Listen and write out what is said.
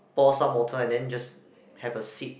pour some water and then just have a sip